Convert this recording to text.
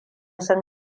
sun